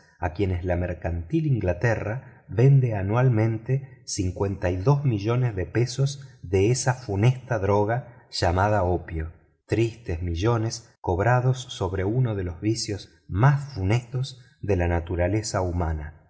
a quienes la mercantil inglaterra vende anualmente millones de libras de esa funesta droga llamada opio tristes millones cobrados sobre uno de los vicios más funestos de la naturaleza humana